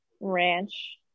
Ranch